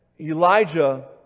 Elijah